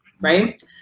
right